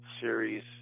series